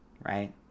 right